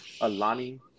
Alani